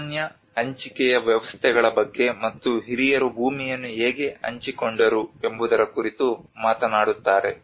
ಸಾಮಾನ್ಯ ಹಂಚಿಕೆಯ ವ್ಯವಸ್ಥೆಗಳ ಬಗ್ಗೆ ಮತ್ತು ಹಿರಿಯರು ಭೂಮಿಯನ್ನು ಹೇಗೆ ಹಂಚಿಕೊಂಡರು ಎಂಬುದರ ಕುರಿತು ಮಾತನಾಡುತ್ತಾರೆ